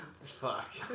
fuck